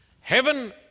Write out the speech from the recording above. heaven